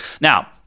Now